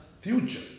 future